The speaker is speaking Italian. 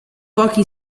pochi